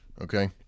Okay